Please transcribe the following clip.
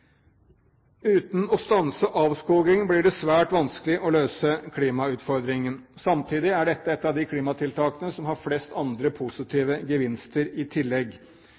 Uten å stanse avskoging blir det svært vanskelig å løse klimautfordringen. Samtidig er dette et av de klimatiltakene som har flest andre positive gevinster i tillegg.